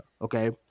Okay